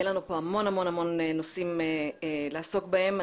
יהיו לנו המון המון נושאים לעסוק בהם.